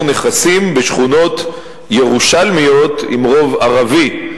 נכסים בשכונות ירושלמיות עם רוב ערבי.